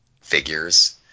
figures